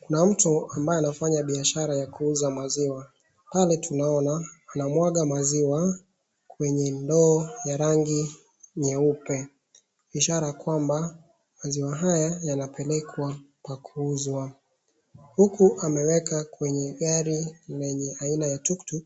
Kuna mtu ambaye anafanya biashara ya kuuza maziwa. Pale tunaona anamwaga maziwa kwenye ndoo ya rangi nyeupe. Ishara kwamba maziwa haya yanapelekwa pa kuuzwa. Huku ameweka kwenye gari lenye aina ya tuktuk